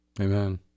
Amen